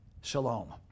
Shalom